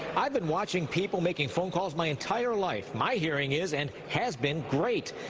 i've been watching people making phone calls my entire life. my hearing is and has been great.